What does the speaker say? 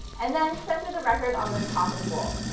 and then center the record on the top of the bowl.